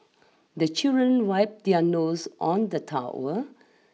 the children wipe their nose on the towel